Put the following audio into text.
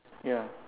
ya